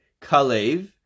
Kalev